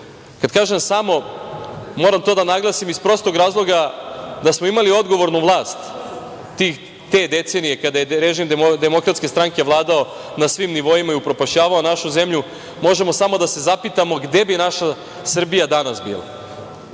Kad kažem samo, moram to da naglasim iz prostog razloga, da smo imali odgovornu vlast te decenije kada je režim DS vladao na svim nivoima i upropašćavao nađu zemlju, možemo samo da se zapitamo gde bi naša Srbija danas